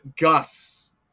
Gus